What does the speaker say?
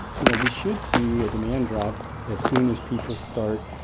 you know, we should see a demand drop as soon as people start